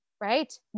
right